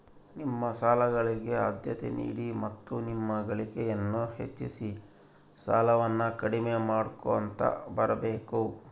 ನಿಮ್ಮ ಸಾಲಗಳಿಗೆ ಆದ್ಯತೆ ನೀಡಿ ಮತ್ತು ನಿಮ್ಮ ಗಳಿಕೆಯನ್ನು ಹೆಚ್ಚಿಸಿ ಸಾಲವನ್ನ ಕಡಿಮೆ ಮಾಡ್ಕೊಂತ ಬರಬೇಕು